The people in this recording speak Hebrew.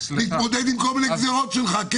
להתמודד עם כל מיני גזרות שלך,